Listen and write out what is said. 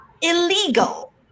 illegal